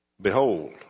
behold